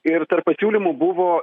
ir tarp pasiūlymų buvo